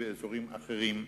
ואזורים אחרים.